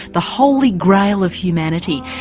the holy grail of humanity,